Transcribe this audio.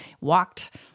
walked